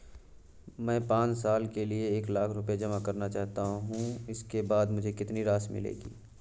मैं पाँच साल के लिए एक लाख रूपए जमा करना चाहता हूँ इसके बाद मुझे कितनी राशि मिलेगी?